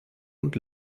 und